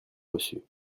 reçu